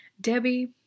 Debbie